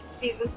season